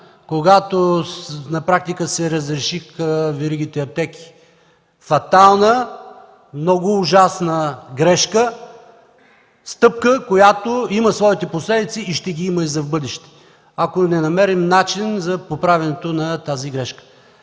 когато на практика се разрешиха веригите аптеки. Фатална, много ужасна грешка, стъпка, която има своите последици и ще ги има и за в бъдеще, ако не намерим начин за поправянето на тази грешка.